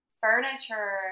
furniture